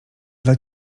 dla